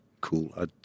cool